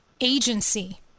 agency